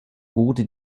wurde